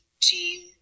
team